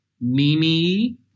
Mimi